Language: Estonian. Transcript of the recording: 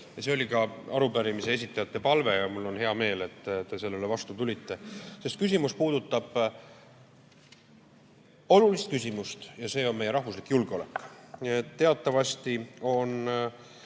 See oli ka arupärimise esitajate palve ja mul on hea meel, et te sellele vastu tulite. Sest arupärimine puudutab olulist küsimust, ja see on meie rahvuslik julgeolek. Teatavasti on